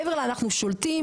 מעבר ל-אנחנו שולטים,